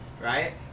Right